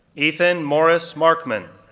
ethan morris markman,